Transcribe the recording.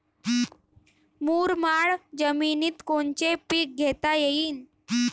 मुरमाड जमिनीत कोनचे पीकं घेता येईन?